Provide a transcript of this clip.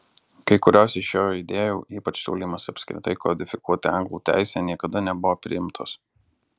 kai kurios iš jo idėjų ypač siūlymas apskritai kodifikuoti anglų teisę niekada nebuvo priimtos